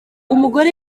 umugore